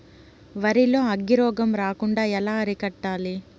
వరి లో అగ్గి రోగం రాకుండా ఎలా అరికట్టాలి?